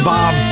Bob